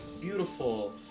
beautiful